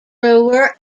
brewer